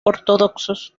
ortodoxos